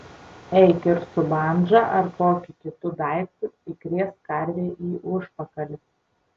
eik ir su bandža ar kokiu kitu daiktu įkrėsk karvei į užpakalį